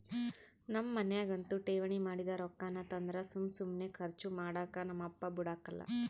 ನಮ್ ಮನ್ಯಾಗಂತೂ ಠೇವಣಿ ಮಾಡಿದ್ ರೊಕ್ಕಾನ ತಂದ್ರ ಸುಮ್ ಸುಮ್ನೆ ಕರ್ಚು ಮಾಡಾಕ ನಮ್ ಅಪ್ಪ ಬುಡಕಲ್ಲ